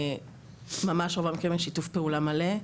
ממש עובדים בשיתוף פעולה מלא,